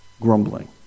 Grumbling